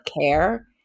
care